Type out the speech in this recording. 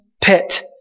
pit